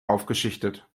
aufgeschichtet